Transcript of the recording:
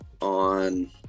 on